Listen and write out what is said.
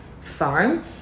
farm